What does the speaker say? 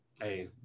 Hey